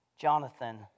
Jonathan